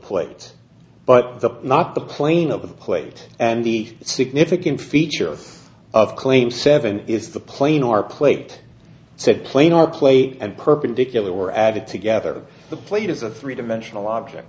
plates but the not the plane of the plate and the significant feature of claim seven is the plane or plate said plane or plate and perpendicular were added together the plate is a three dimensional object